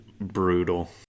brutal